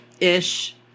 ish